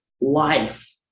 life